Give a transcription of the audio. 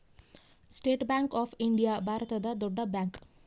state bank of India ಭಾರತದ ದೊಡ್ಡ bank